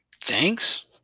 Thanks